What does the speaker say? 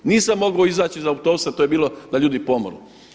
Nisam mogao izaći iz autobusa, to je bilo da ljudi pomru.